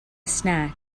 snack